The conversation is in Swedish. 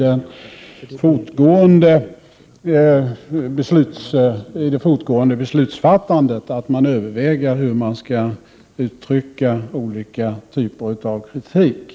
Det är ett led i det fortgående beslutsfattandet att man överväger hur man skall uttrycka olika typer av kritik.